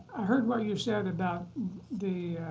i heard what you said about the